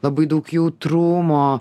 labai daug jautrumo